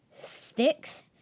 Sticks